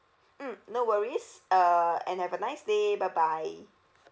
mm no worries uh and have a nice day bye bye